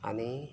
आनी